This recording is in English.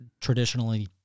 traditionally